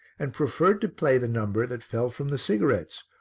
and preferred to play the number that fell from the cigarettes,